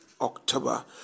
October